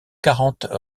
quarante